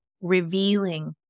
revealing